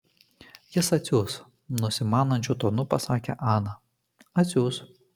jis atsiųs nusimanančiu tonu pasakė ana atsiųs